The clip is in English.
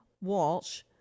Walsh